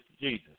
Jesus